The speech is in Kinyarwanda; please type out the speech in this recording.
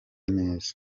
neza